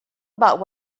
about